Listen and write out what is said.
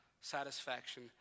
satisfaction